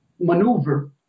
maneuver